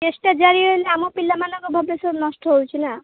ଚେଷ୍ଟା ଜାରି ରହିଲେ ଆମ ପିଲାମାନଙ୍କ ଭବିଷ୍ୟତ ନଷ୍ଟ ହେଉଛି ନା